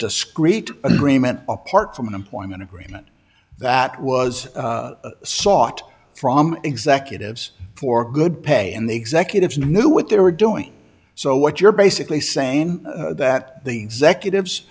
discrete agreement apart from an employment agreement that was sought from executives for good pay in the executives knew what they were doing so what you're basically saying that the executives